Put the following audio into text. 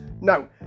No